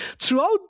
Throughout